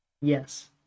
Yes